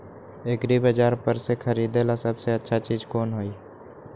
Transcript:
एग्रिबाजार पर से खरीदे ला सबसे अच्छा चीज कोन हई?